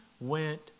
went